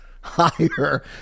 higher